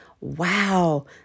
Wow